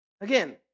Again